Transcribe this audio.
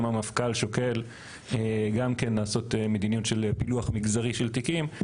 האם המפכ"ל שוקל גם כן לעשות מדיניות של פילוח מגזרי של תיקים,